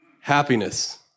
Happiness